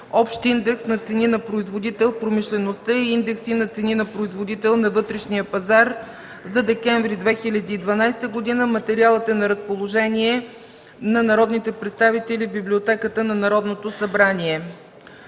общ индекс на цени на производител в промишлеността и индекси на цени на производител на вътрешния пазар за декември 2012 г. Материалът е на разположение на народните представители в Библиотеката на Народното събрание.